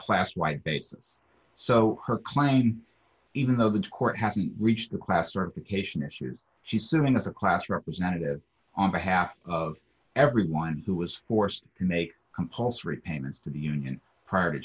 class wide basis so her claim even though the court hasn't reached the class or occasion issues she's serving as a class representative on behalf of everyone who was forced to make compulsory payments to the union prior